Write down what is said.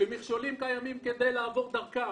שמכשולים קיימים כדי לעבור דרכם,